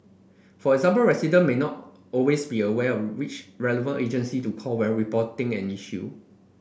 for example resident may not always be aware of which relevant agency to call where reporting an issue